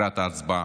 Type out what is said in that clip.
לקראת ההצבעה,